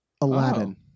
Aladdin